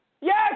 Yes